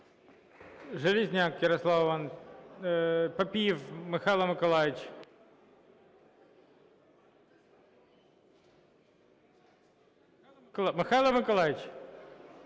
Железняк Ярослав Іванович. Папієв Михайло Миколайович. Михайло Миколайович!